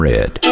Red